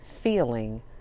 feeling